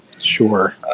Sure